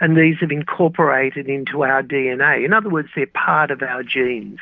and these have incorporated into our dna. in other words, they are part of our genes.